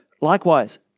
likewise